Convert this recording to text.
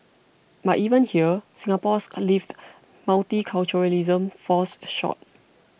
but even here Singapore's lived multiculturalism falls short